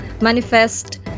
manifest